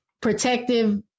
protective